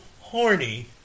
horny